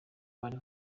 bari